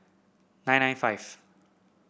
nine nine five